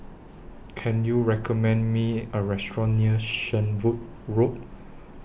Can YOU recommend Me A Restaurant near Shenvood Road